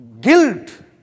guilt